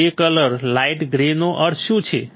grey colour light grey તેનો અર્થ શું છે